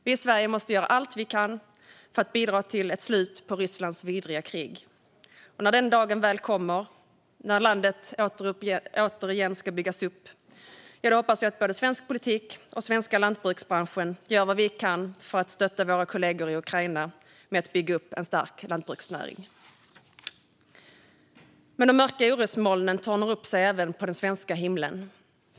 Vi i Sverige måste göra allt vi kan för att bidra till ett slut på Rysslands vidriga krig. Och när dagen väl kommer när Ukraina ska byggas upp igen, ja, då hoppas jag att vi i den svenska politiken och den svenska lantbruksbranschen gör vad vi kan för att stödja våra kollegor i Ukraina med att bygga upp en stark lantbruksnäring. Men de mörka orosmolnen tornar upp sig även på den svenska himlen.